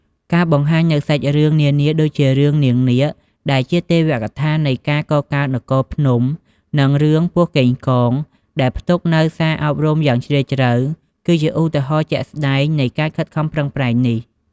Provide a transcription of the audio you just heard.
ការបង្ហាញនូវសាច់រឿងនានាដូចជារឿង "នាងនាគ" ដែលជាទេវកថានៃការកកើតនគរភ្នំ និងរឿង "ពស់កេងកង" ដែលផ្ទុកនូវសារអប់រំយ៉ាងជ្រាលជ្រៅ គឺជាឧទាហរណ៍ជាក់ស្ដែងនៃការខិតខំប្រឹងប្រែងនេះ។